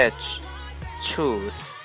Choose